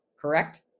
correct